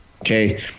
okay